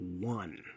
one